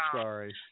sorry